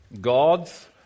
God's